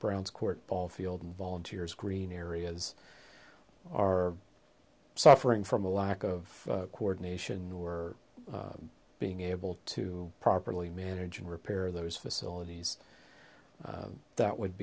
browns court ball field and volunteers green areas are suffering from a lack of coordination or being able to properly manage and repair those facilities that would